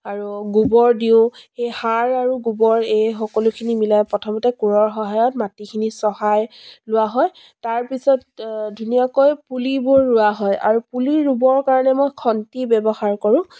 আৰু গোবৰ দিওঁ সেই সাৰ আৰু গোবৰ এই সকলোখিনি মিলাই প্ৰথমতে কোৰৰ সহায়ত মাটিখিনি চহাই লোৱা হয় তাৰপিছত ধুনীয়াকৈ পুলিবোৰ ৰোৱা হয় আৰু পুলি ৰুবৰ কাৰণে মই খণ্টি ব্যৱহাৰ কৰোঁ